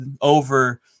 over